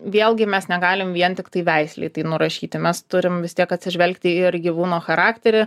vėlgi mes negalim vien tiktai veislei tai nurašyti mes turim vis tiek atsižvelgti ir į gyvūno charakterį